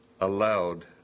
allowed